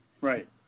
Right